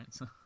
right